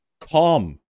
Calm